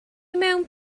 mewn